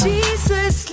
Jesus